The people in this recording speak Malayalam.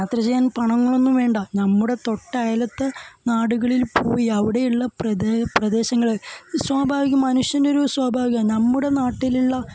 യാത്ര ചെയ്യാൻ പണം ഒന്നും വേണ്ട നമ്മുടെ തൊട്ടയലത്തെ നാടുകളിൽ പോയി അവിടെയുള്ള പ്രദേശങ്ങൾ സ്വാഭാവികവാ മനുഷ്യനു സ്വാഭാവികവാ നമ്മുടെ നാട്ടിലുള്ള